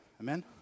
Amen